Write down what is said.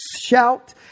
Shout